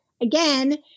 again